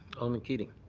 alderman keating.